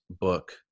book